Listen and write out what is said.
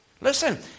Listen